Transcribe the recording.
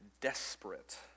desperate